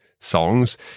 songs